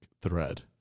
thread